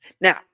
now